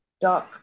dark